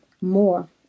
more